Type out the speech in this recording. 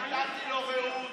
נתתי לו ריהוט,